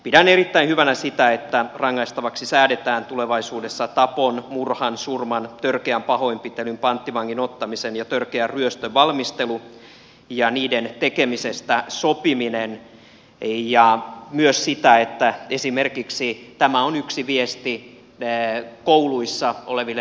pidän erittäin hyvänä sitä että rangaistavaksi säädetään tulevaisuudessa tapon murhan surman törkeän pahoinpitelyn panttivangin ottamisen ja törkeän ryöstön valmistelu ja niiden tekemisestä sopiminen ja myös sitä että tämä on yksi viesti esimerkiksi kouluissa oleville nuorille